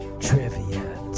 trivia